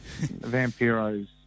Vampiro's